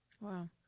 Wow